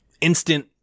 instant